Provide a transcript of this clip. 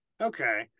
Okay